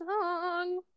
song